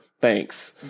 Thanks